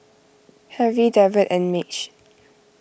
Harry Derald and Madge